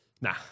nah